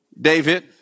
David